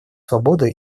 свободы